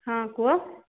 ହଁ କୁହ